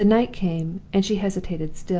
the night came and she hesitated still.